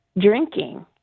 drinking